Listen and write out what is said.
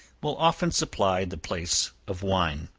will often supply the place of wine.